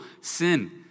sin